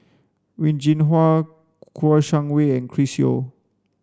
Wen Jinhua Kouo Shang Wei and Chris Yeo